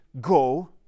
Go